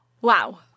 Wow